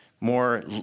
more